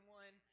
one